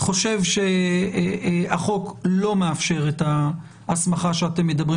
חושב שהחוק לא מאפשר את ההסמכה שאתם מדברים